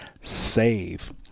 save